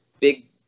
big